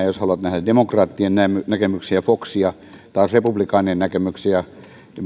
jos haluaa nähdä demokraattien näkemyksiä foxia jos taas haluaa nähdä republikaanien näkemyksiä